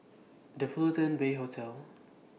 The Fullerton Bay Hotel